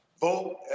vote